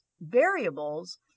variables